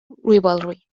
rivalry